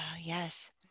Yes